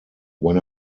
when